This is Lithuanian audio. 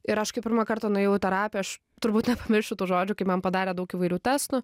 ir aš kai pirmą kartą nuėjau į terapiją aš turbūt nepamiršiu tų žodžių kai man padarė daug įvairių testų